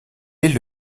est